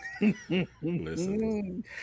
Listen